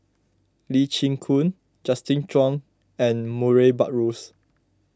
Lee Chin Koon Justin Zhuang and Murray Buttrose